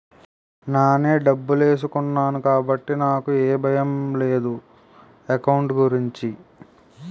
నానే డబ్బులేసుకున్నాను కాబట్టి నాకు ఏ భయం లేదు ఎకౌంట్ గురించి